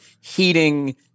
heating